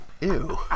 ew